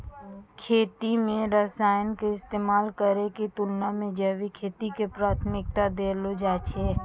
खेती मे रसायन के इस्तेमाल करै के तुलना मे जैविक खेती के प्राथमिकता देलो जाय छै